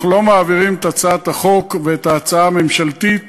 אנחנו לא מעבירים את הצעת החוק ואת ההצעה הממשלתית